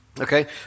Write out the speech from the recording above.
Okay